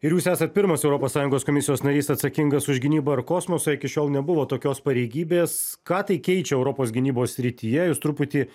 ir jūs esat pirmas europos sąjungos komisijos narys atsakingas už gynybą ir kosmosą iki šiol nebuvo tokios pareigybės ką tai keičia europos gynybos srityje jūs truputį